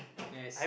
yes